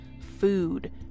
food